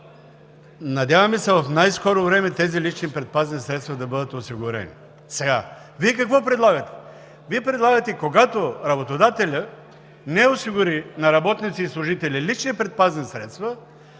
говорим, в най-скоро време тези лични предпазни средства да бъдат осигурени. Сега Вие какво предлагате? Вие предлагате, когато работодателят не осигури на работник или служител лични предпазни средства,